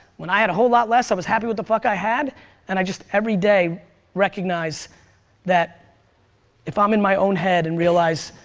when i had a whole lot less, i was happy with the fuck i had and i just every day recognize that if i'm in my own head and realize